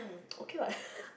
okay what